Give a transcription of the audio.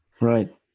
Right